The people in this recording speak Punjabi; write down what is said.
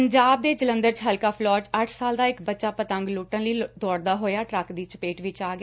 ਪੰਜਾਬ ਦੇ ਜਲੰਧਰ ਚ ਹਲਕਾ ਫਿਲੌਰ ਚ ਅੱਠ ਸਾਲ ਦਾ ਇਕ ਬੱਚਾ ਪਤੰਗ ਲੁੱਟਣ ਲਈ ਦੌਤਦਾ ਹੋਇਆ ਟਰੱਕ ਦੀ ਚਪੇਟ ਵਿਚ ਆ ਗਿਆ